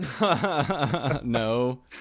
No